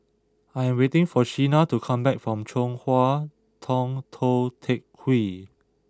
I am waiting for Sheena to come back from Chong Hua Tong Tou Teck Hwee